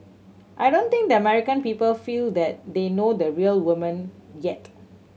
I don't think the American people feel that they know the real woman yet